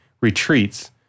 retreats